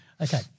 Okay